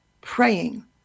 praying